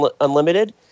Unlimited